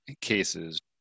cases